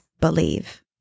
believe